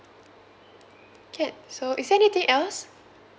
can so is there anything else